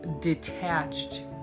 detached